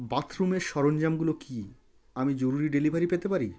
বাথরুমের সরঞ্জামগুলো কি আমি জরুরি ডেলিভারি পেতে পারি